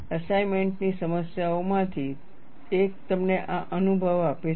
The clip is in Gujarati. અસાઇમેન્ટની સમસ્યાઓમાંથી એક તમને આ અનુભવ આપે છે